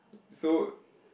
so